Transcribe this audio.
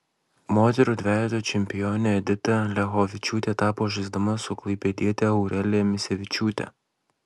moterų dvejeto čempione edita liachovičiūtė tapo žaisdama su klaipėdiete aurelija misevičiūte